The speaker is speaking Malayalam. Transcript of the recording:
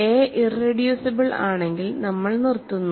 എ ഇറെഡ്യൂസിബിൾ ആണെങ്കിൽനമ്മൾ നിർത്തുന്നു